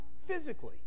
physically